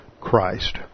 Christ